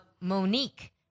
Monique